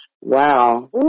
wow